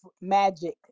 magic